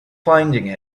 finding